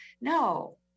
no